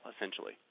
essentially